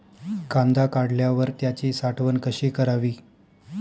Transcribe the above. कांदा काढल्यावर त्याची साठवण कशी करावी?